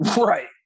Right